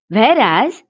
Whereas